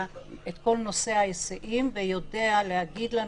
כשלעצמו הופך להיות מקום הדבקה, שלא לדבר על